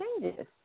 changes